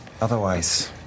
Otherwise